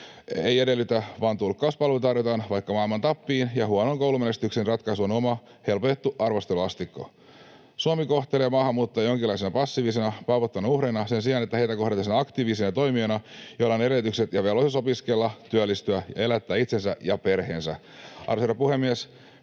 ei edellytetä, vaan tulkkauspalvelua tarjotaan vaikka maailman tappiin ja huonoon koulumenestykseen ratkaisu on oma, helpotettu arvosteluasteikko. Suomi kohtelee maahanmuuttajia jonkinlaisina passiivisina, paapottavina uhreina sen sijaan, että heitä kohdeltaisiin aktiivisina toimijoina, joilla on edellytykset ja velvollisuus opiskella, työllistyä ja elättää itsensä ja perheensä. Arvoisa herra